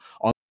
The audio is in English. on